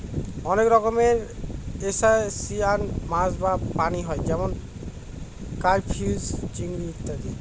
অনেক রকমের ত্রুসটাসিয়ান মাছ বা প্রাণী হয় যেমন ক্রাইফিষ, চিংড়ি ইত্যাদি